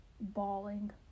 bawling